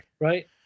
Right